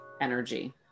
energy